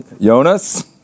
Jonas